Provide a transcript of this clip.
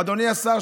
אדוני השר,